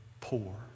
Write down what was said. Poor